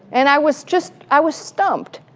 and i was just, i was stumped.